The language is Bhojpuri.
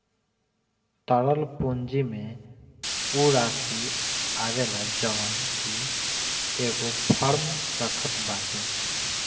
तरल पूंजी में उ राशी आवेला जवन की एगो फर्म रखत बाटे